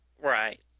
Right